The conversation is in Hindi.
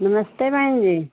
नमस्ते बहन जी